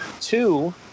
two